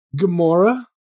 Gamora